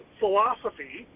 philosophy